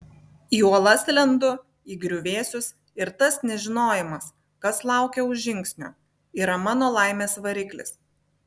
į uolas lendu į griuvėsius ir tas nežinojimas kas laukia už žingsnio yra mano laimės variklis